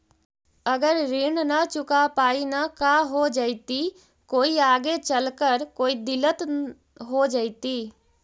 अगर ऋण न चुका पाई न का हो जयती, कोई आगे चलकर कोई दिलत हो जयती?